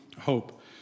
hope